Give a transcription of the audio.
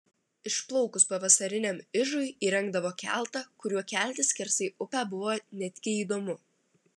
išplaukus pavasariniam ižui įrengdavo keltą kuriuo keltis skersai upę buvo netgi įdomu